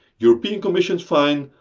european commission fine,